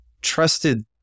trusted